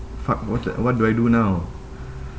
fuck what the what do I do now